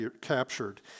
captured